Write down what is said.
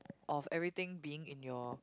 of everything being in your